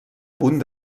punt